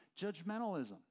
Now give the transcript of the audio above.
judgmentalism